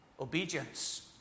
obedience